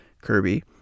Kirby